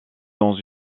dans